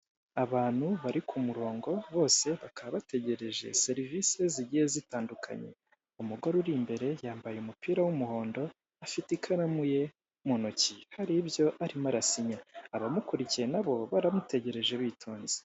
Abantu bari ku murongo bose bakaba bategereje serivise zigiye zitandukanye. Umugore uri imbere yambaye umupira w'umuhondo afite ikaramu ye mu ntoki. Hari ibyo arimo arasinya. Abamukurikiye nabo baramutegereje bitonze.